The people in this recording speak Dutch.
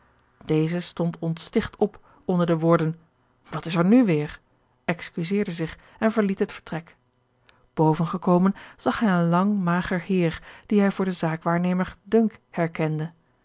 deze stond ontsticht op onder de woorden wat is er nu weêr excuseerde zich en verliet het vertrek bovengekomen zag hij een lang mager heer dien hij voor den zaakwaarnemer dunk herkende